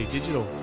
Digital